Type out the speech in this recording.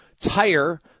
tire